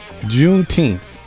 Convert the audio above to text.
Juneteenth